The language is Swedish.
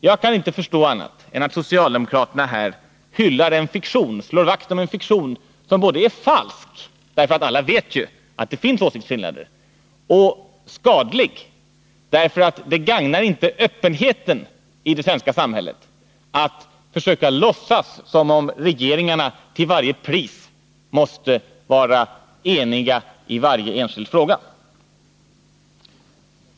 Jag kan inte förstå annat än att socialdemokraterna slår vakt om en fiktion som både är falsk, därför att alla vet att det finns åsiktsskillnader, och skadlig, eftersom det inte gagnar öppenheten i det svenska samhället att försöka låtsas som om regeringarna måste vara eniga i varje enskild fråga.